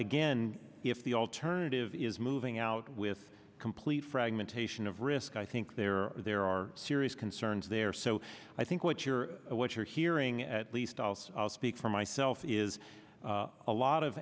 again if the alternative is moving out with complete fragmentation of risk i think there are there are serious concerns there so i think what you're what you're hearing at least also speak for myself is a lot of